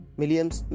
millions